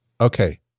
Okay